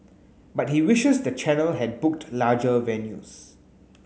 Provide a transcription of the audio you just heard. but he wishes the channel had booked larger venues